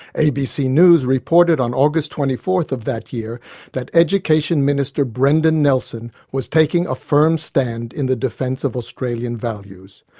abc news reported on august twenty four of that year that education minister brendan nelson was taking a firm stand in the defence of australian values.